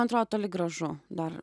antrodo toli gražu dar